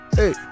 hey